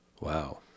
Wow